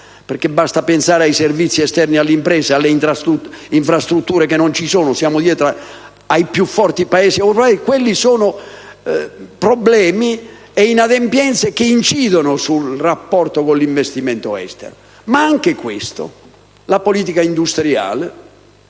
infatti pensare ai servizi esterni alle imprese, alle infrastrutture che non ci sono e al fatto che siamo dietro ai più forti Paesi europei. Quelli sono problemi e inadempienze che incidono sul rapporto con l'investimento estero. C'è anche la politica industriale